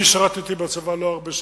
אני שירתתי בצבא לא הרבה שנים,